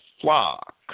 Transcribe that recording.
flock